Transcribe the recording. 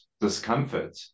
discomfort